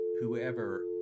Whoever